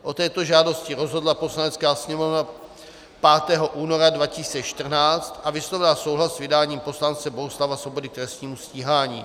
O této žádosti rozhodla Poslanecká sněmovna 5. února 2014 a vyslovila souhlas s vydáním poslance Bohuslava Svobody k trestnímu stíhání.